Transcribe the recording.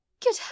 good